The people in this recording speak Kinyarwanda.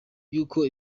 y’uko